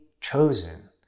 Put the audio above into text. chosen